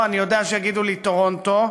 בטורונטו, אני יודע שיגידו לי: טורונטו.